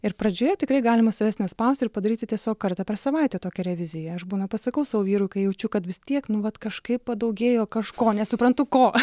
ir pradžioje tikrai galima savęs nespausti ir padaryti tiesiog kartą per savaitę tokią reviziją aš būna pasakau savo vyrui kai jaučiu kad vis tiek nu vat kažkaip padaugėjo kažko nesuprantu ko